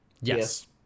Yes